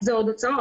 זה עוד הוצאות.